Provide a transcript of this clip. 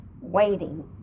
waiting